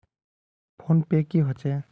Phone पै की होचे?